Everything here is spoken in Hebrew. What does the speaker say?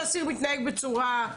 כשאסיר מתנהג בצורה שלילית,